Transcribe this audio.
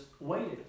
waited